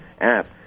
app